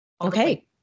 Okay